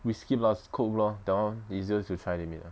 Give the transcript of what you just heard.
whisky plus Coke lor that [one] easier to try limit ah